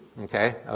Okay